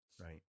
right